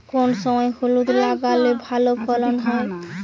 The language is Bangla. কোন সময় হলুদ লাগালে ভালো ফলন হবে?